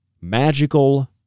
magical